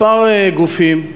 כמה גופים,